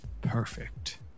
Perfect